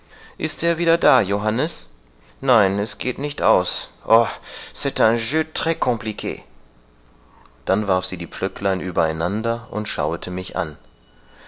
ist er wieder da johannes nein es geht nicht aus o c'est un jeu trs compliqu dann warf sie die pflöcklein über einander und schauete mich an